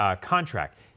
contract